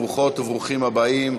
ברוכות וברוכים הבאים,